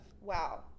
Wow